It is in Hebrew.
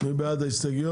מי בעד ההסתייגויות?